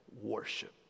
worship